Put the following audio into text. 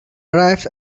arrived